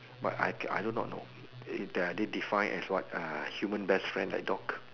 but I I do not know it are they define as what uh human best friend like dog